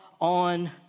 on